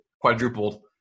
quadrupled